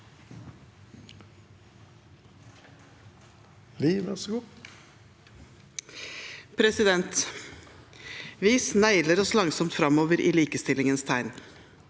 Vi snegler oss langsomt framover i likestillingens tegn.